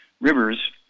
rivers